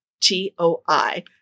T-O-I